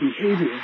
behavior